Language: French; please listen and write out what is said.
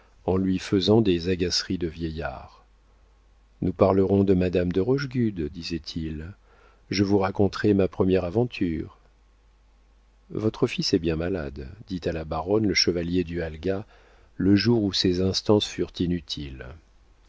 en lui faisant des agaceries de vieillard nous parlerons de madame de rochegude disait-il je vous raconterai ma première aventure votre fils est bien malade dit à la baronne le chevalier du halga le jour où ses instances furent inutiles